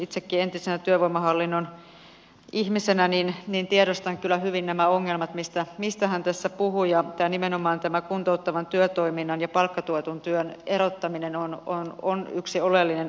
itsekin entisenä työvoimahallinnon ihmisenä tiedostan kyllä hyvin nämä ongelmat mistä hän tässä puhui ja nimenomaan tämä kuntouttavan työtoiminnan ja palkkatuetun työn erottaminen on yksi oleellinen asia